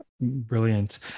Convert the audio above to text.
Brilliant